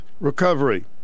recovery